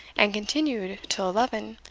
and continued till eleven,